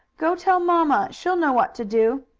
go tell mamma. she will know what to do!